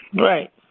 Right